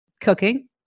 cooking